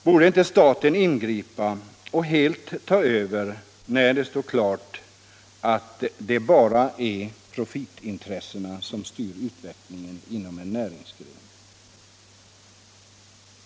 Borde inte staten ingripa och helt ta över när det står klart att det bara är profitintressena som styr utvecklingen inom en näringsgren?